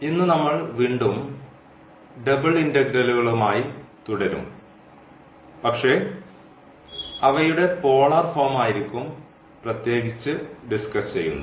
ഇന്ന് നമ്മൾ വീണ്ടും ഡബ്ൾ ഇന്റഗ്രലുകളുമായി തുടരും പക്ഷേ അവയുടെ പോളാർ ഫോം ആയിരിക്കും പ്രത്യേകിച്ച് ഡിസ്കസ് ചെയ്യുന്നത്